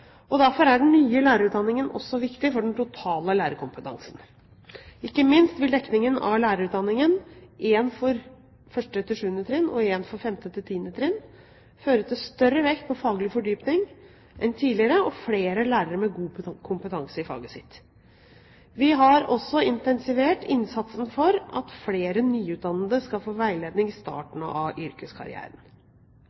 Derfor er den nye lærerutdanningen også viktig for den totale lærerkompetansen. Ikke minst vil delingen av lærerutdanningen – én for 1.–7. trinn og én for 5.–10. trinn – føre til større vekt på faglig fordypning enn tidligere og flere lærere med god kompetanse i faget sitt. Vi har også intensivert innsatsen for at flere nyutdannede skal få veiledning i